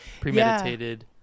premeditated